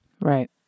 Right